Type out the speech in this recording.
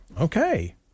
Okay